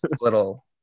little